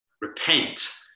Repent